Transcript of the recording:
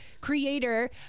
creator